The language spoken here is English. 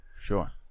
Sure